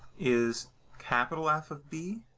is capital f of b